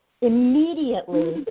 immediately